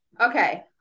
Okay